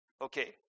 okay